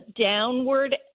downward